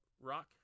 rock